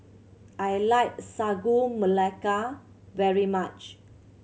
I like Sagu Melaka very much